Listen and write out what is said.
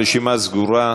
הרשימה סגורה.